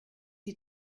die